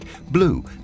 blue